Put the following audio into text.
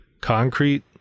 concrete